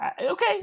okay